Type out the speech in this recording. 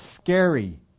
Scary